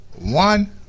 one